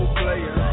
player